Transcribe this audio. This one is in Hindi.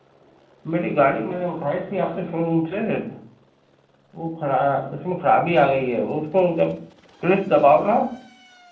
मेरी गाड़ी मैंने उठाई थी आपके शोरूम से वह कराया उसमें खराबी आ गई है वह उसको जब क्लिच दबाओ ना